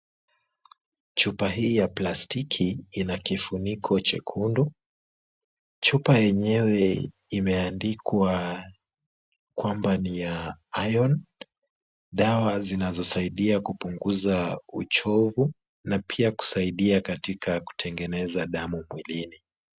Chupa hii ya plastiki ina kifuniko chekundu. Chupa yenyewe imeandikwa kwamba ni ya Iron, dawa zinazosaidia kupunguza uchovu na pia kusaidia katika kutengeneza dam mwilini.